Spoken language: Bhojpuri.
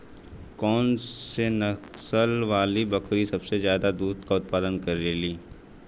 कौन से नसल वाली बकरी सबसे ज्यादा दूध क उतपादन करेली?